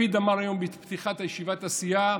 לפיד אמר היום בפתיחת ישיבת הסיעה